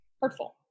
hurtful